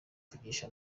mvugisha